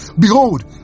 Behold